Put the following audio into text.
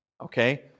okay